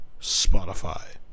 Spotify